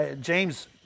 James